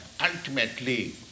ultimately